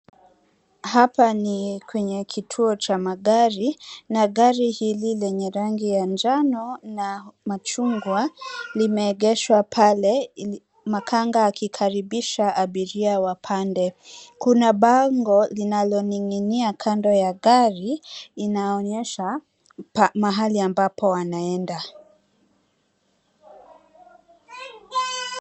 Hapa ni kwenye kituo cha magari, na gari hili lenye rangi ya jano, na machungwa, limeegeshwa pale, makanga akikaribisha abiria wapande. Kuna bango linaloning'inia kando ya gari, inaonyesha mahali ambapo wanaenda.